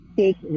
take